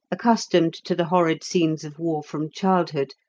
accustomed to the horrid scenes of war from childhood,